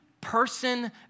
person